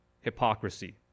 hypocrisy